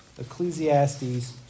Ecclesiastes